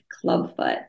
clubfoot